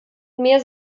mehr